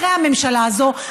אחרי הממשלה הזאת,